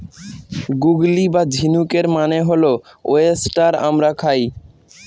গুগলি বা ঝিনুকের মানে হল ওয়েস্টার আমরা খাই